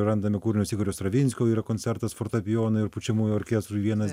randame kūrinius igorio stravinskio yra koncertas fortepijonui ir pučiamųjų orkestrui vienas